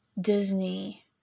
Disney